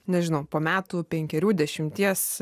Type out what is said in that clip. nežinau po metų penkerių dešimties